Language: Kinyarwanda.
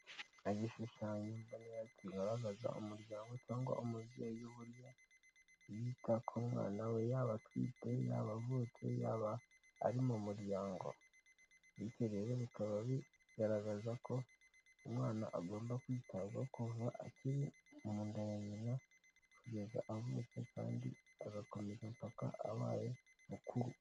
Igishushanyo mbonera kigaragaza umuryango cyangwa umubyeyi burya yita ku mwana we, yaba atwite, yabavutse, yaba ari mu muryango. Bityo rero bikaba bigaragaza ko umwana agomba kwitabwaho kuva akiri mu nda ya nyina kugeza avutse, kandi agakomeza paka abaye mukuru.